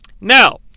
Now